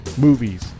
Movies